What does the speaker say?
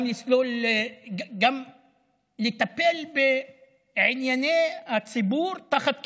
גם לטפל בענייני הציבור שתחת כיבוש.